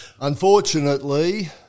unfortunately